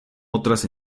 otras